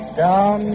down